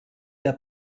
der